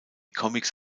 comics